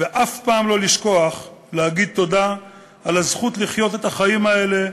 ואף פעם לא לשכוח להגיד תודה על הזכות לחיות את החיים האלה,